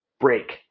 break